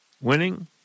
Winning